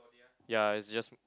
ya is just